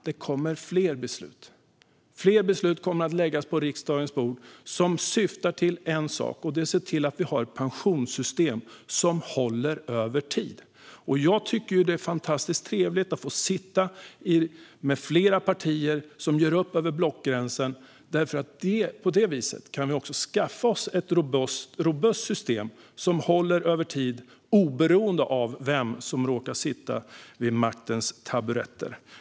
Det kommer fler beslut. Fler förslag kommer att läggas på riksdagens bord som syftar till en sak, och det är att se till att vi har ett pensionssystem som håller över tid. Jag tycker att det är fantastiskt trevligt att få sitta med flera partier som gör upp över blockgränsen. På det viset kan vi nämligen också skaffa oss ett robust system som håller över tid oberoende av vem som råkar sitta på maktens taburetter.